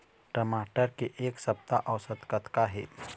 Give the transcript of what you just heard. टमाटर के एक सप्ता औसत कतका हे?